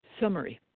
Summary